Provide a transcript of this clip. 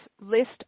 list